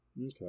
Okay